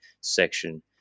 section